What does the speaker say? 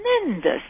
tremendous